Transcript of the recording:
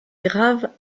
grave